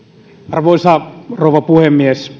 arvoisa rouva puhemies